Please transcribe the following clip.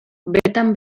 bertan